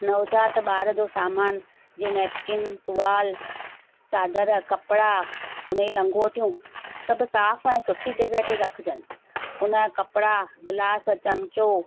नवजात ॿार जो सामानु जीअं नैपकिन टूआल चादर कपिड़ा हुन जी लंगोटियूं सभु साफ़ु ऐं सुठी जॻहि ते रखिजनि हुन जा कपिड़ा ग्लास चम्चो